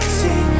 see